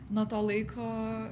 nuo to laiko